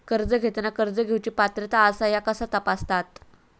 कर्ज घेताना कर्ज घेवची पात्रता आसा काय ह्या कसा तपासतात?